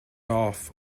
off